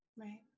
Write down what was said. Right